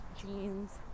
jeans